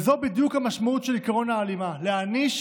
זו בדיוק המשמעות של עקרון ההלימה: להעניש